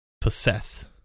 possess